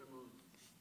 יפה מאוד.